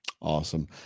awesome